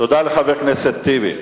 תודה לחבר הכנסת טיבי.